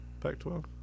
Pac-12